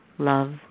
Love